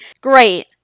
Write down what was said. Great